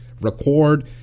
record